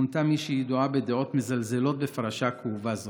מונתה מישהי הידועה בדעות מזלזלות בפרשה כאובה זו.